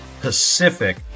Pacific